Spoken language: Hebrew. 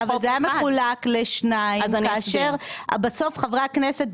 אבל זה היה מחולק לשניים כאשר בסוף חברי הכנסת,